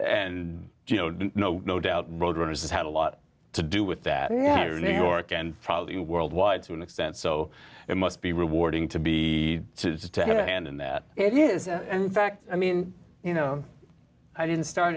you know no no doubt roadrunners has had a lot to do with that here in new york and probably worldwide to an extent so it must be rewarding to be just a hand in that it is in fact i mean you know i didn't start